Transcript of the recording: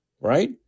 right